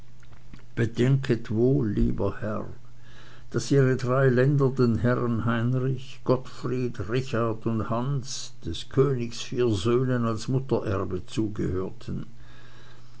bedenket wohl lieber herr daß ihre drei länder den herren heinrich gottfried richard und hans des königs vier söhnen als muttererbe zugehörten